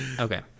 Okay